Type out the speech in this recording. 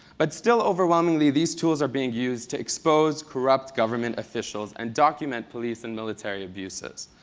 but still, overwhelmingly, these tools are being used to expose corrupt government officials and document police and military abuses.